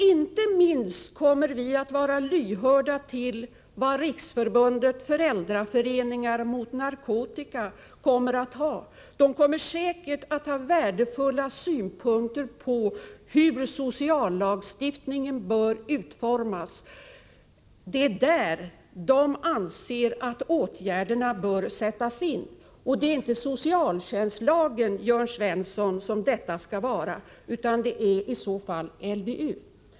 Inte minst kommer vi att vara lyhörda för de synpunkter Riksförbundet Föräldraföreningen mot narkotika kommer att ha. Det kommer säkert att anlägga värdefulla synpunkter på hur sociallagstiftningen bör utformas. Det är där man anser att åtgärder bör sättas in. Det är inte socialtjänstlagen, Jörn Svensson, som då kommer i fråga utan det är i så fall LVU.